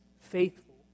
faithful